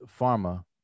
pharma